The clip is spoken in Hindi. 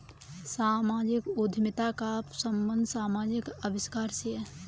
सामाजिक उद्यमिता का संबंध समाजिक आविष्कार से है